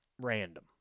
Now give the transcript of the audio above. random